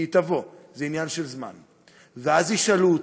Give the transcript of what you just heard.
כי היא תבוא, זה עניין של זמן, ואז ישאלו אתכם: